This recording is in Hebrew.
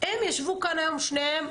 הם ישבו כאן היום שניהם,